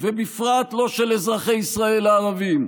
ובפרט לא של אזרחי ישראל הערבים.